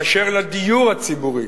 באשר לדיור הציבורי,